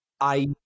I-